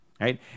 right